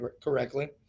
correctly